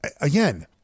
again